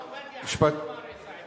הרב עובדיה אמר פעם "עיזה עיוורת".